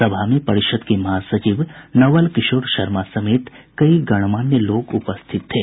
सभा में परिषद के महासचिव नवल किशोर शर्मा समेत कई गणमान्य लोग उपरिथित थे